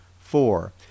four